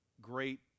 Great